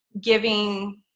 giving